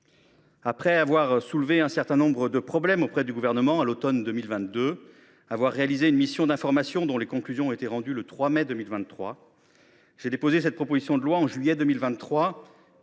Après avoir soulevé un certain nombre de problèmes auprès du Gouvernement à l’automne 2022, après avoir conduit une mission d’information dont les conclusions ont été rendues le 3 mai 2023, j’ai déposé cette proposition de loi en juillet 2023.